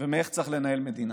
ומאיך צריך לנהל מדינה.